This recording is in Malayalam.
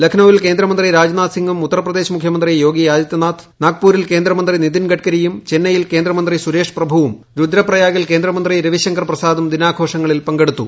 ലക്നൌപ്പിൽ കേന്ദ്രമന്ത്രി രാജ്നാഥ്സിംഗും ഉത്തർപ്രദേശ് മുഖ്യമാത്തി യോഗ് ആദിഥ്യനാഥ് നാഗ്പൂരിൽ കേന്ദ്രമന്ത്രി നിതിൻക്സ്കരിയും ചെന്നൈയിൽ കേന്ദ്രമന്ത്രി സുരേഷ് പ്രഭുവും രുദ്രപ്രയാഗിൽ കേന്ദ്രമന്ത്രി രവിശങ്കർ പ്രസാദും ദിനാഘോഷങ്ങളിൽ പങ്കെടുത്തു